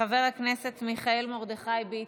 חבר הכנסת מיכאל מרדכי ביטון,